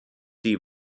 die